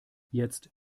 jetzt